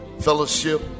fellowship